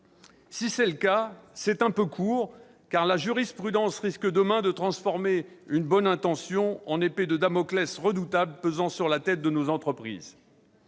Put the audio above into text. Si c'est le cas, c'est un peu court, car la jurisprudence risque, demain, de transformer une bonne intention en épée de Damoclès redoutable pesant sur la tête de nos entreprises.